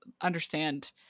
understand